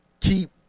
keep